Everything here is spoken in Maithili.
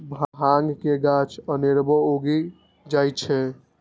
भांग के गाछ अनेरबो उगि जाइ छै